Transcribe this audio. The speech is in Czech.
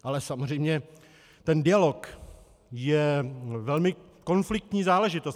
Ale samozřejmě ten dialog je velmi konfliktní záležitost.